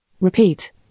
Repeat